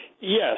Yes